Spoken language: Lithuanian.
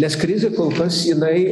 nes krizė kol kas jinai